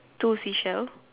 two seashell